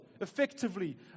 Effectively